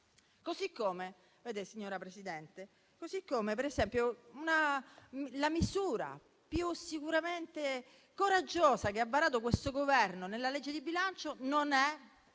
Così come, signora Presidente, la misura sicuramente più coraggiosa che ha varato questo Governo nella legge di bilancio non è